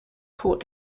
port